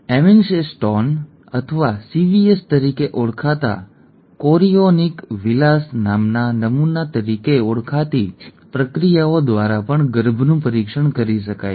amniocentesis અથવા CVS તરીકે ઓળખાતા કોરિઓનિક વિલાસ ના નમૂના તરીકે ઓળખાતી પ્રક્રિયાઓ દ્વારા પણ ગર્ભનું પરીક્ષણ કરી શકાય છે